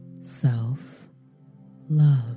self-love